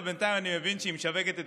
אבל בינתיים אני מבין שהיא משווקת את